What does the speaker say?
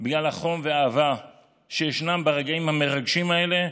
בגלל החום והאהבה שישנם ברגעים המרגשים האלה,